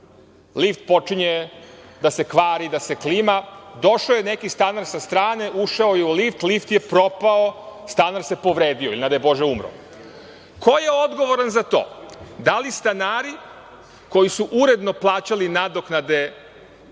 lift počinje da se kvari, da se klima. Došao je neki stanar sa strane, ušao je u lift, lift je propao, stanar se povredio ili, ne daj Bože, umro. Ko je odgovoran za to, da li stanari koji su uredno plaćali nadoknade